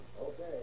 Okay